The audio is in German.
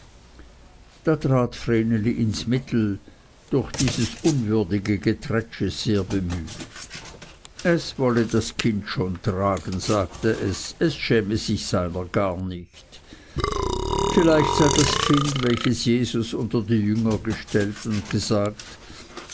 da trat vreneli ins mittel durch dieses unwürdige geträtsche sehr bemüht es wolle das kind schon tragen sagte es es schäme sich seiner gar nicht vielleicht sei das kind welches jesus unter die jünger gestellt und gesagt